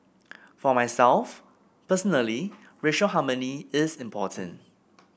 for myself personally racial harmony is important